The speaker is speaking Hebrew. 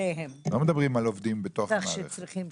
לא מדברים על עובדים בתוך המערכת.